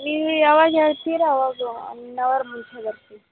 ನೀವು ಯಾವಾಗ ಹೇಳ್ತಿರಾ ಆವಾಗ ಒನ್ ಅವರ್ ಮುಂಚೆ ಬರ್ತೀವಿ